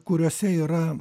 kuriose yra